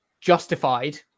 justified